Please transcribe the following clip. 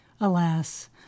Alas